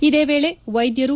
ಇದೇ ವೇಳೆ ವೈದ್ಯರು